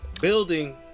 Building